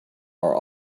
are